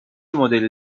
مدلی